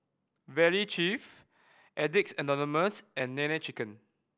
Valley Chef Addicts Anonymous and Nene Chicken